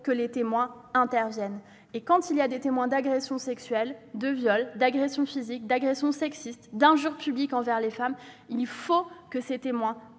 que les témoins interviennent. Quand on est témoin d'agressions sexuelles, de viols, d'agressions physiques, d'agressions sexistes, d'injures publiques envers les femmes, il faut aller déposer